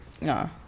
no